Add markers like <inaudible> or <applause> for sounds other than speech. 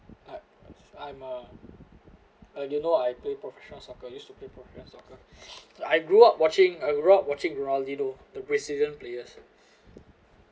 like I'm a uh you know I play professional soccer used to play professional soccer I grew up watching I grew up watching ronaldinho the brazilian players <breath>